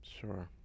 Sure